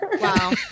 Wow